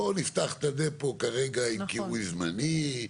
בואו נפתח את הדפו כרגע עם קירוי זמני.